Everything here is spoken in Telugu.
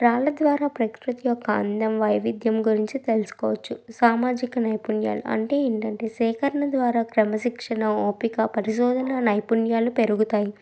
రాళ్ల ద్వారా ప్రకృతి యొక్క అందం వైవిధ్యం గురించి తెలుసుకోవచ్చు సామాజిక నైపుణ్యాలు అంటే ఏంటంటే సేకరణ ద్వారా క్రమశిక్షణ ఓపిక పరిశోధన నైపుణ్యాలు పెరుగుతాయి